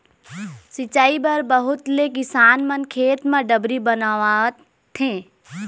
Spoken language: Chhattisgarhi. सिंचई बर बहुत ले किसान मन खेत म डबरी बनवाथे